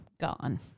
gone